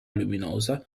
luminosa